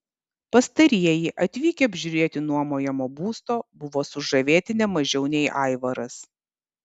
pastarieji atvykę apžiūrėti nuomojamo būsto buvo sužavėti ne mažiau nei aivaras